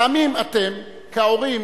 פעמים אתם כהורים